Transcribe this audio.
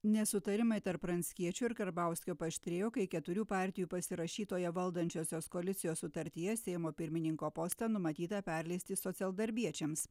nesutarimai tarp pranckiečio ir karbauskio paaštrėjo kai keturių partijų pasirašytoje valdančiosios koalicijos sutartyje seimo pirmininko postą numatyta perleisti socialdarbiečiams